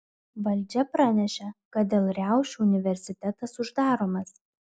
valdžia pranešė kad dėl riaušių universitetas uždaromas